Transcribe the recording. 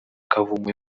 kavumu